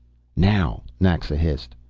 now! naxa hissed.